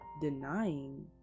denying